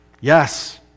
Yes